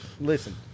Listen